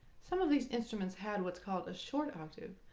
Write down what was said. some of these instruments had what's called a short octave,